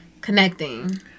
connecting